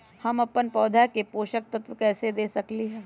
हम अपन पौधा के पोषक तत्व कैसे दे सकली ह?